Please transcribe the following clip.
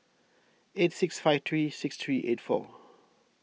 eight six five three six three eight four